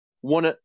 One